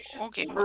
Okay